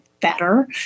better